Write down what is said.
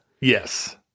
Yes